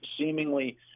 seemingly